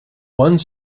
one